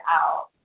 out